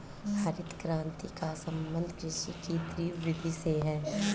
हरित क्रान्ति का सम्बन्ध कृषि की तीव्र वृद्धि से है